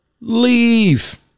leave